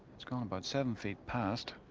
it's gone by seven feet past.